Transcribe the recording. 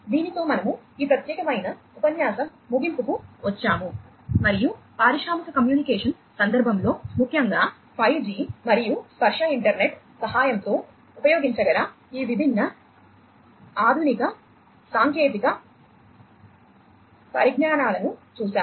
దీనితో మనము ఈ ప్రత్యేకమైన ఉపన్యాసం ముగింపుకు వచ్చాము మరియు పారిశ్రామిక కమ్యూనికేషన్ సందర్భంలో ముఖ్యంగా 5జి మరియు స్పర్శ ఇంటర్నెట్ సహాయంతో ఉపయోగించగల ఈ విభిన్న ఆధునిక సాంకేతిక పరిజ్ఞానాలను చూశాము